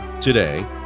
Today